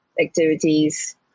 activities